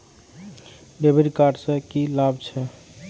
डेविट कार्ड से की लाभ छै?